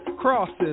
crosses